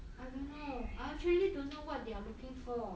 I don't know I actually don't know what they are looking for